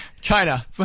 China